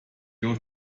you